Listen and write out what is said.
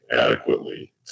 adequately